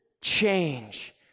change